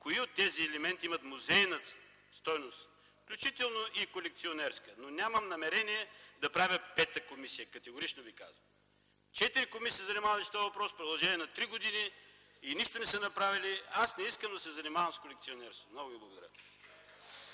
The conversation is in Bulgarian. кои от тези елементи имат музейна стойност, включително и колекционерска. Нямам намерение да правя пета комисия – категорично Ви казвам. Четири комисии са се занимавали с този въпрос в продължение на три години и нищо не са направили. Аз не искам да се занимавам с колекционерство! Много ви благодаря.